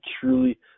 truly